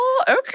Okay